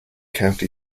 county